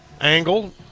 angle